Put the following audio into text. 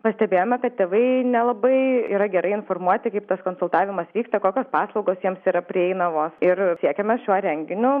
pastebėjome kad tėvai nelabai yra gerai informuoti kaip tas konsultavimas vyksta kokios paslaugos jiems yra prieinamos ir siekiame šiuo renginiu